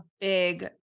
big